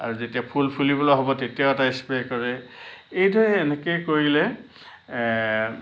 আৰু যেতিয়া ফুল ফুলিবলৈ হ'ব তেতিয়াও এটা স্প্ৰে' কৰে এইদৰে এনেকৈ কৰিলে